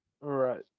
Right